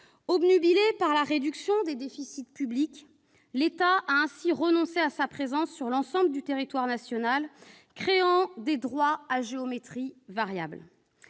Obnubilé par la réduction des déficits publics, l'État a renoncé à sa présence sur l'ensemble du territoire national, créant ainsi des droits à géométrie variable.